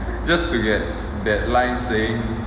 just forget that line saying